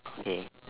okay